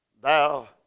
Thou